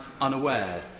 unaware